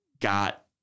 got